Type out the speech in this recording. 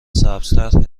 سبزتر